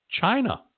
China